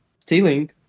Stealing